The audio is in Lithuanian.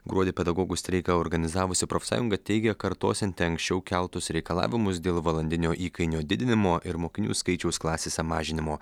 gruodį pedagogų streiką organizavusi profsąjunga teigia kartosianti anksčiau keltus reikalavimus dėl valandinio įkainio didinimo ir mokinių skaičiaus klasėse mažinimo